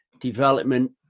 development